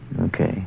Okay